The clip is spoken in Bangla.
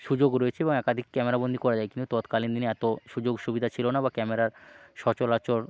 সুযোগ রয়েছে এবং একাধিক ক্যামেরা বন্দী করা যায় কিন্তু তৎকালীন দিনে এতো সুযোগসুবিধা ছিলো না বা ক্যামেরা সচরাচর